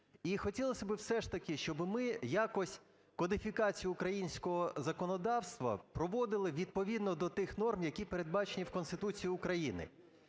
І хотілося все ж таки, щоб ми якось кодифікацію українського законодавства проводили відповідно до тих норм, які передбачені в Конституції України.